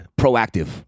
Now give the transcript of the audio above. proactive